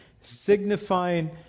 signifying